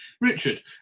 Richard